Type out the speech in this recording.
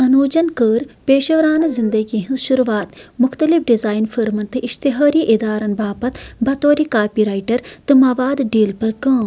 انوجَن کٔر پیشورانہٕ زِندگی ہٕنز شروٗعات مُختٔلِف ڈیزایِن فرمَن تہٕ اشتہٲری اِدارَن باپتھ بطورِ کاپی رایٹَر تہٕ مواد ڈیلپر کٲم